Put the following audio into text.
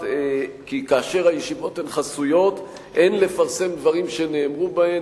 כי כאשר הישיבות הן חסויות אין לפרסם דברים שנאמרו בהן,